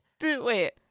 Wait